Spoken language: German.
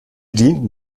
dienten